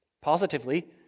Positively